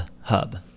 hub